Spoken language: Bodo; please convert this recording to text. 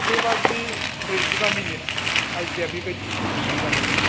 से बाजि ब्रैजिबा मिनिट आयदिया बेबायदि समसिम जाबायमोन